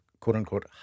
quote-unquote